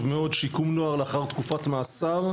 מאוד שיקום נוער לאחר תקופת מאסר,